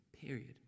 Period